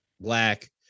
black